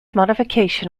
modification